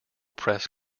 press